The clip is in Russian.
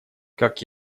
как